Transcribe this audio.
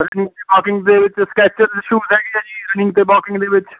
running ਅਤੇ walkings ਦੇ ਵਿੱਚ ਸਕੈਚਰ ਦੇ ਸ਼ੂਜ਼ ਹੈਗੇ ਹੈ ਜੀ ਰਨਿੰਗ ਅਤੇ ਵੋਕਿੰਗ ਦੇ ਵਿੱਚ